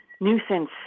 nuisance